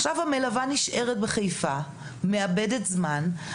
עכשיו, המלווה נשארת בחיפה, מאבדת זמן.